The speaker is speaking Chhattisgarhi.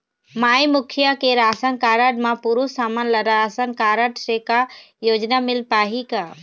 माई मुखिया के राशन कारड म पुरुष हमन ला रासनकारड से का योजना मिल पाही का?